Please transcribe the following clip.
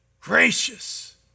Gracious